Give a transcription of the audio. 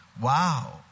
Wow